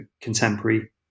contemporary